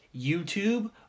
YouTube